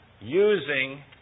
using